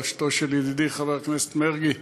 בראשותו של ידידי חבר הכנסת מרגי,